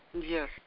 Yes